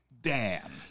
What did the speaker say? Dan